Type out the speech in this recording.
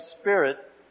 spirit